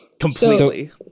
Completely